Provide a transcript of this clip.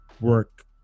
work